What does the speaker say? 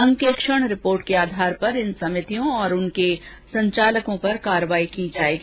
अंकेक्षण रिपोर्ट के आधार पर इन समितियों और इनके संचालकों पर कार्यवाही की जाएगी